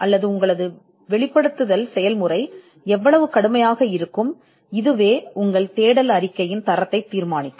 அல்லது வெளிப்படுத்தல் செயல்முறை எவ்வளவு கடுமையானதாக இருக்கும் உண்மையில் உங்கள் தேடல் அறிக்கையின் தரத்தை தீர்மானிக்கும்